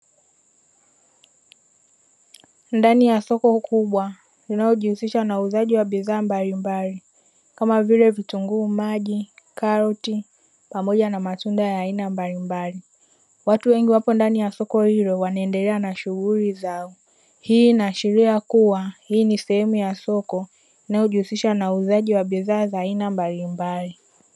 Ndani ya soko kubwa linalojikita na uuzaji wa bidhaa mbalimbali kama vile vitunguu maji, karoti pamoja na matunda ya aina mbalimbali. Watu wengi wapo ndani ya soko hilo wanaendelea na shughuli zao. Hii inashiria kuwa hii ni sehemu ya soko inayojusisha na uuzaji wa bidhaa za aina mbalimbali.